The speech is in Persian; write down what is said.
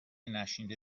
نشنیده